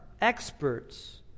experts